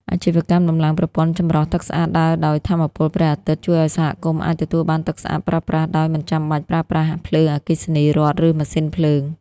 អាជីវកម្មតម្លើងប្រព័ន្ធចម្រោះទឹកស្អាតដើរដោយថាមពលព្រះអាទិត្យ ជួយឱ្យសហគមន៍អាចទទួលបានទឹកស្អាតប្រើប្រាស់ដោយមិនចាំបាច់ប្រើប្រាស់ភ្លើងអគ្គិសនីរដ្ឋ ឬម៉ាស៊ីនភ្លើង។